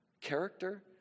character